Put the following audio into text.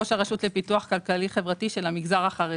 ראש הרשות לפיתוח כלכלי חברתי של המגזר החרדי.